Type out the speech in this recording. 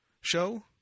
show